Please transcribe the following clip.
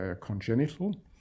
congenital